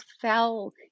fell